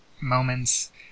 moments